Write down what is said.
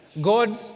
God